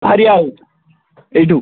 ବାହାରିବା ଏଇଠୁ